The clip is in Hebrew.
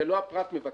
זה לא הפרט מבטח,